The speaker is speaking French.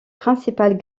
principales